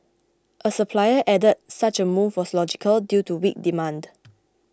a supplier added such a move was logical due to weak demand